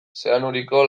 zeanuriko